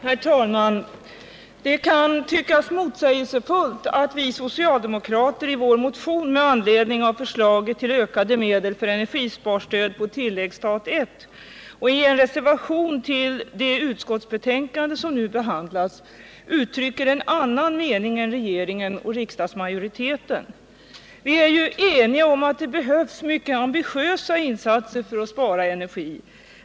Herr talman! Det kan tyckas motsägelsefullt att vi socialdemokrater i vår motion med anledning av förslaget till ökade medel för energisparstöd på tilläggsbudget I och i reservation vid det utskottsbetänkande som nu behandlas uttrycker en annan mening än regeringen och riksdagsmajoriteten. Viärju eniga om att det behövs mycket ambitiösa insatser för att spara energi.